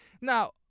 Now